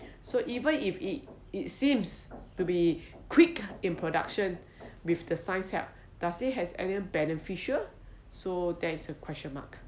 so even if it it seems to be quick in production with the science help does he have any beneficial so there is a question mark